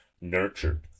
nurtured